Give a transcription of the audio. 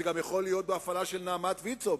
זה גם יכול להיות בהפעלה של "נעמת" וויצ"ו,